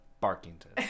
Barkington